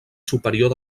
superior